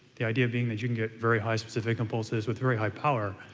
the idea being that you can get very high, specific impulses with very high power,